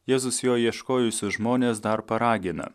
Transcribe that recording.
jėzus jo ieškojusius žmones dar paragina